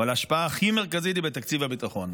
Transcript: אבל ההשפעה הכי מרכזית היא בתקציב הביטחון.